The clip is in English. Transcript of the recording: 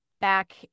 back